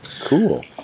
Cool